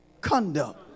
Conduct